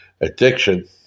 addiction